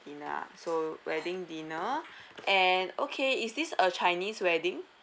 dinner ah so wedding dinner and okay is this a chinese wedding